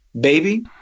baby